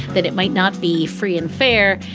that it might not be free and fair.